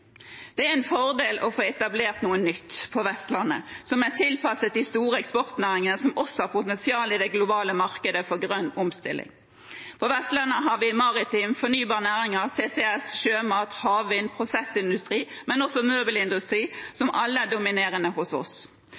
Det er en fordel å få etablert noe nytt på Vestlandet som er tilpasset de store eksportnæringene som også har potensial i det globale markedet for grønn omstilling. På Vestlandet har vi maritime, fornybare næringer, CCS, sjømat, havvind, prosessindustri og også møbelindustri, som alle er dominerende hos oss.